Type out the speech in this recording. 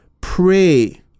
pray